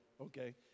Okay